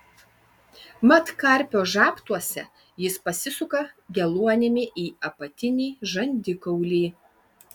mat karpio žabtuose jis pasisuka geluonimi į apatinį žandikaulį